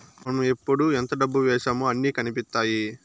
మనం ఎప్పుడు ఎంత డబ్బు వేశామో అన్ని కనిపిత్తాయి